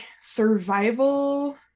survival